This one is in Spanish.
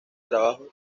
trabajos